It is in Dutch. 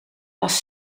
was